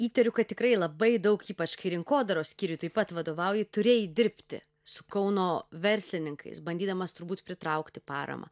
įtariu kad tikrai labai daug ypač kai rinkodaros skyriui taip pat vadovauji turėjai dirbti su kauno verslininkais bandydamas turbūt pritraukti paramą